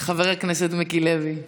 הכנסת מיקי לוי.